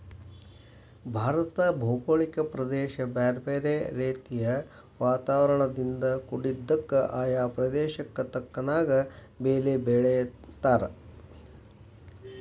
ಭಾರತದ ಭೌಗೋಳಿಕ ಪ್ರದೇಶ ಬ್ಯಾರ್ಬ್ಯಾರೇ ರೇತಿಯ ವಾತಾವರಣದಿಂದ ಕುಡಿದ್ದಕ, ಆಯಾ ಪ್ರದೇಶಕ್ಕ ತಕ್ಕನಾದ ಬೇಲಿ ಬೆಳೇತಾರ